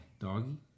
doggy